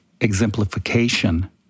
exemplification